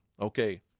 Okay